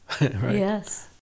Yes